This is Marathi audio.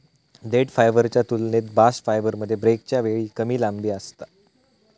देठ फायबरच्या तुलनेत बास्ट फायबरमध्ये ब्रेकच्या वेळी कमी लांबी असता